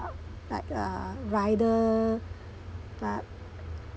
like ah rider but